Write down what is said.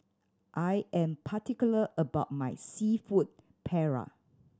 I am particular about my Seafood Paella